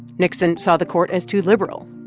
nixon saw the court as too liberal.